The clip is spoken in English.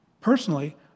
personally